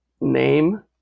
name